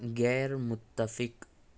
گیر منافق